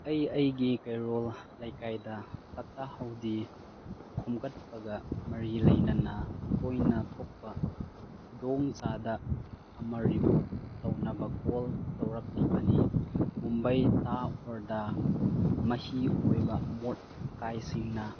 ꯑꯩ ꯑꯩꯒꯤ ꯀꯩꯔꯣꯜ ꯂꯩꯀꯥꯏꯗ ꯐꯠꯇ ꯍꯥꯎꯗꯤ ꯈꯣꯝꯒꯠꯄꯒ ꯃꯔꯤ ꯂꯩꯅꯅ ꯇꯣꯏꯅ ꯊꯣꯛꯄ ꯈꯨꯗꯣꯡ ꯆꯥꯗ ꯑꯃ ꯔꯤꯄꯣꯔꯠ ꯇꯧꯅꯕ ꯀꯣꯜ ꯇꯧꯔꯛꯂꯤꯕꯅꯤ ꯃꯨꯝꯕꯥꯏ ꯇꯥ ꯑꯣꯔ ꯗ ꯃꯍꯤ ꯑꯣꯏꯕ ꯑꯃꯣꯠ ꯑꯀꯥꯏꯁꯤꯡꯅ